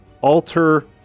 alter